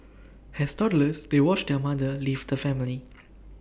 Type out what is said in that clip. has toddlers they watched their mother leave the family